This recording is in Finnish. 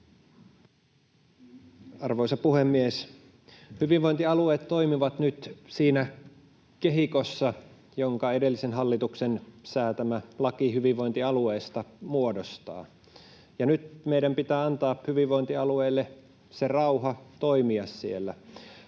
Arvoisa puhemies! Hyvinvointialueet toimivat nyt siinä kehikossa, jonka edellisen hallituksen säätämä laki hyvinvointialueista muodostaa. Nyt meidän pitää antaa hyvinvointialueille rauha toimia siellä.